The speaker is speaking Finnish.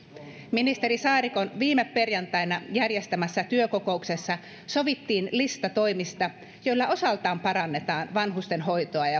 ministeri saarikon viime perjantaina järjestämässä työkokouksessa sovittiin lista toimista joilla osaltaan parannetaan vanhusten hoitoa ja